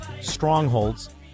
strongholds